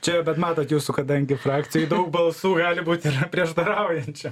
čia bet matot jūsų kadangi frakcijoj daug balsų gali būt ir prieštaraujančių